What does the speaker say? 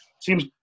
seems